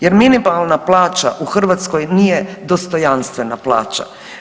Jer, minimalna plaća u Hrvatskoj nije dostojanstvena plaća.